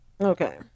Okay